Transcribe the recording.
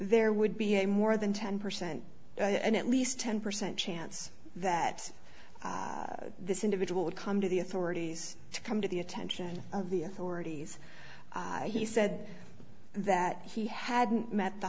there would be a more than ten percent and at least ten percent chance that this individual would come to the authorities to come to the attention of the authorities he said that he hadn't met the